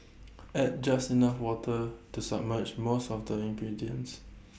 add just enough water to submerge most of the ingredients